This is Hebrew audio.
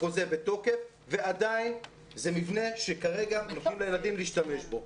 החוזה בתוקף ועדיין זה מבנה שכרגע נותנים לילדים להשתמש בו.